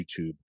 YouTube